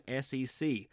SEC